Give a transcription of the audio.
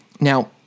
Now